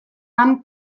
han